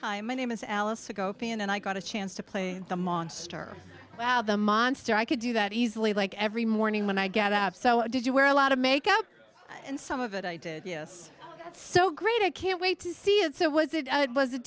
hi my name is alice ago paean and i got a chance to play the monster well the monster i could do that easily like every morning when i get up so did you wear a lot of make up and some of it i did yes so great i can't wait to see it so was it was